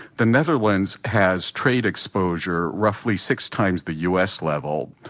the netherlands has trade exposure roughly six times the u s. level.